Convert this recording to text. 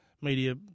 media